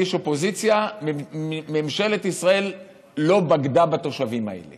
ואני איש אופוזיציה: ממשלת ישראל לא בגדה בתושבים האלה